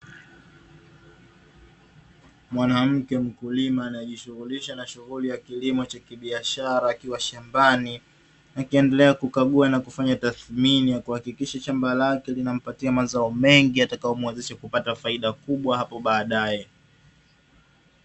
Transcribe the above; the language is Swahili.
Mwanamke mkulima anajishughulisha na shughuli ya kilimo cha kibiashara akiwa shambani, akiendelea kukagua na kufanya tathmini ya kuhakikisha shamba lake linampatia mazao mengi, yatakayomuwezesha kupata faida kubwa hapo baadae.